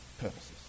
purposes